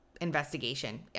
investigation